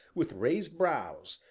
with raised brows,